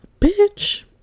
bitch